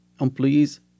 employees